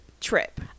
Trip